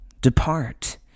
Depart